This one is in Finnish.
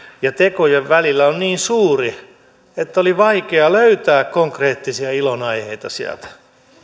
ja tekojen välillä on niin suuri että oli vaikea löytää konkreettisia ilonaiheita sieltä